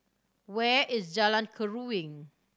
where is Jalan Keruing